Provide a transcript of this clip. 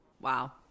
Wow